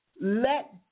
Let